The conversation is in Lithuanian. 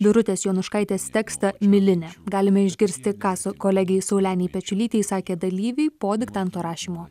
birutės jonuškaitės tekstą milinė galime išgirsti ką su kolegei saulenei pečiulytei sakė dalyviai po diktanto rašymo